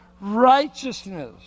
righteousness